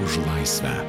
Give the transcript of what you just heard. už laisvę